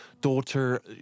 daughter